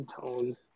tone